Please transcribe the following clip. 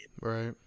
right